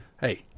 Hey